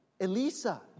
Elisa